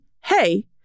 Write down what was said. hey